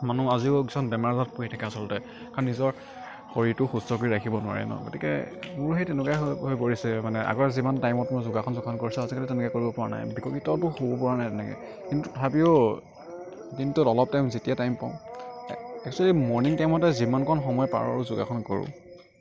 মানুহ আজিও কিছুমান বেমাৰ আজাৰত পৰি থাকে আচলতে কাৰণ নিজৰ শৰীৰটো সুস্থ কৰি ৰাখিব নোৱাৰে ন গতিকে মোৰ সেই তেনেকুৱাই হৈ হৈ পৰিছে মানে আগৰ যিমান টাইমত মই যোগাসন চোগাসন কৰিছিলোঁ আজিকালি তেনেকে কৰিবপৰা নাই বিকশিতটো হ'বপৰা নাই তেনেকৈ কিন্তু তথাপিও দিনটোত অলপ টাইম যেতিয়া টাইম পাওঁ একচুয়েলি মৰ্ণিং টাইমতে যিমানকণ সময় পাৰোঁ যোগাসন কৰোঁ